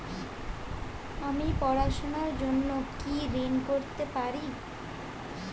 আমি পড়াশুনার জন্য কি ঋন পেতে পারি?